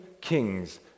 kings